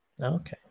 Okay